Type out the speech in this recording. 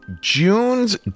June's